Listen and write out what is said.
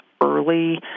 early